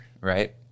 right